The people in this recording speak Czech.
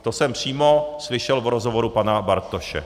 To jsem přímo slyšel v rozhovoru pana Bartoše.